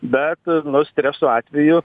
bet nu streso atveju